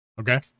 Okay